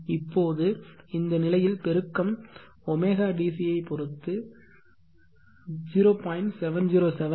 இப்போது இந்த நிலையில் பெருக்கம் ω DC பொருத்து 0